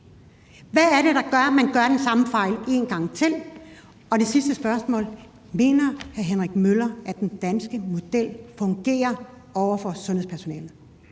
Hvad er det, der gør, at man begår den samme fejl en gang til? Og det sidste spørgsmål er: Mener hr. Henrik Møller, at den danske model fungerer over for sundhedspersonalet?